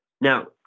Now